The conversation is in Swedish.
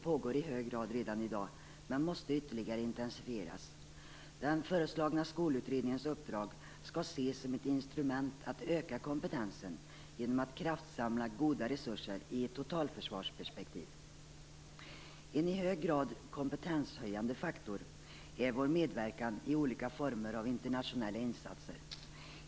Detta pågår redan i dag och måste intensifieras ytterligare. Den föreslagna skolutrednigens uppdrag skall ses som ett instrument för att öka kompetensen genom att kraftsamla goda resurser i ett totalförsvarsperspektiv. En i hög grad kompetenshöjande faktor är vår medverkan i olika former av internationella insatser.